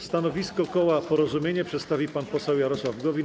Stanowisko koła Porozumienie przedstawi pan poseł Jarosław Gowin.